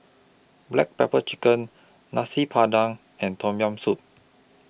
Black Pepper Chicken Nasi Padang and Tom Yam Soup